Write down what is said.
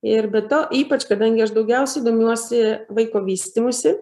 ir be to ypač kadangi aš daugiausiai domiuosi vaiko vystymusi